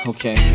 Okay